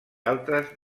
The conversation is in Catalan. altres